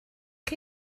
chi